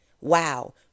wow